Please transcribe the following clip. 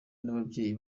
n’ababyeyi